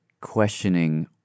questioning